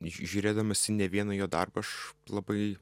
žiūrėdamas į ne vieną jo darbą aš labai